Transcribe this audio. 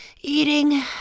eating